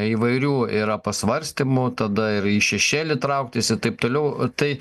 įvairių yra pasvarstymų tada ir į šešėlį trauktis ir taip toliau tai